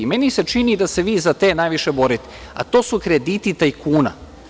Meni se čini da se vi za te najviše borite, a to su krediti tajkuna.